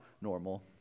normal